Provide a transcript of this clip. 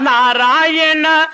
Narayana